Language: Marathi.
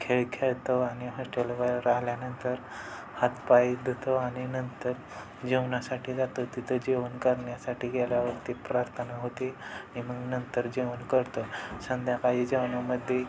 खेळ खेळतो आणि हॉस्टेलवर आल्यानंतर हातपाय धुतो आणि नंतर जेवणासाठी जातो तिथं जेवण करण्यासाठी गेल्यावरती प्रार्थना होते आणि मग नंतर जेवण करतो संध्याकाळी जेवणामध्ये